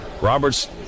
Roberts